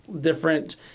different